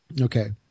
Okay